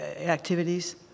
activities